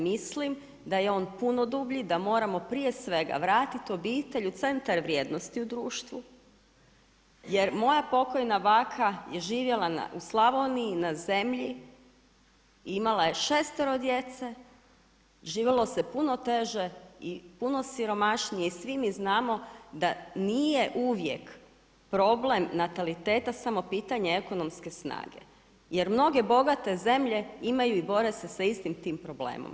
Mislim da je on puno dublji da moramo prije svega vratit obitelj u centar vrijednosti u društvu jer moja pokojna baka je živjela u Slavoniji na zemlji i imala je šestero djece, živjelo se puno teže i puno siromašnije i svi mi znamo da nije uvijek problem nataliteta samo pitanje ekonomske snage jer mnoge bogate zemlje imaju i bore se sa istim tim problemom.